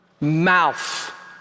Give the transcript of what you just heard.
mouth